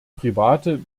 private